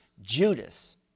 Judas